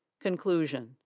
Conclusion